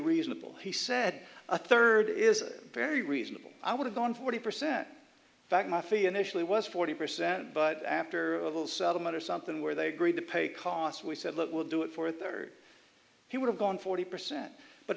reasonable he said a third is very reasonable i would have gone forty percent back my fee initially was forty percent but after of all settlement or something where they agreed to pay costs we said look we'll do it for a third he would have gone forty percent but